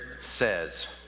says